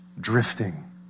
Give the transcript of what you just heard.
Drifting